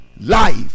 life